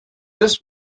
this